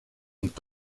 und